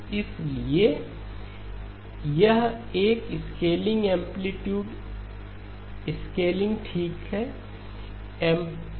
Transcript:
इसलिए X1z1Mk0M 1X1 यह एक स्केलिंग एंप्लीट्यूड स्केलिंग ठीक है